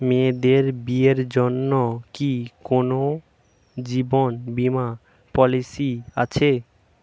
মেয়েদের বিয়ের জন্য কি কোন জীবন বিমা পলিছি আছে?